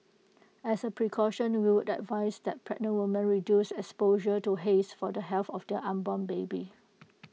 as A precaution we would advise that pregnant women reduce exposure to haze for the health of their unborn baby